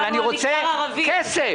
אבל אני רוצה כסף.